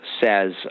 says